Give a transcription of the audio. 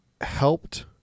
helped